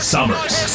Summers